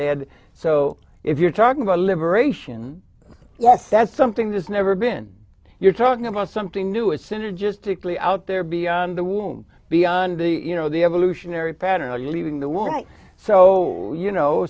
they had so if you're talking about liberation yes that's something that's never been you're talking about something new a synergistically out there beyond the warm beyond the you know the evolutionary pattern leaving the white so you know